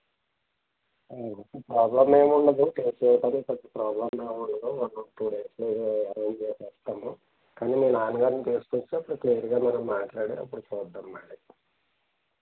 problem ఏమి ఉండదు TC ఇవ్వడానికి పెద్ద ప్రాబ్లమ్ ఏమి ఉండదు ఒక టూ డేస్లో అరేంజ్ చేస్తాము కానీ మీ నాన్నగారిని తీసుకు వచ్చి అప్పుడు క్లియర్గా మనం మాట్లాడి అప్పుడు చూద్దాం మళ్ళీ